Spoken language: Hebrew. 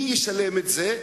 מי ישלם את זה?